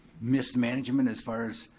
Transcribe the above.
mismanagement as far as,